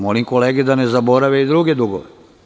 Molim kolege da ne zaborave i druge dugove.